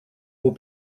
will